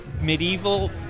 medieval